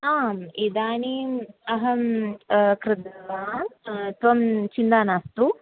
आम् इदानीम् अहं कृतवान् त्वं चिन्ता मास्तु